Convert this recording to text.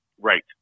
Right